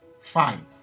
five